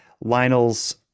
Lionel's